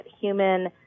human